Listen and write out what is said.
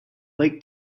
lake